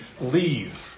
leave